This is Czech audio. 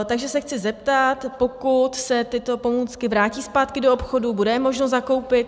Takže se chci zeptat, pokud se tyto pomůcky vrátí zpátky do obchodů, bude je možno zakoupit?